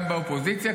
גם באופוזיציה,